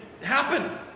happen